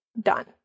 Done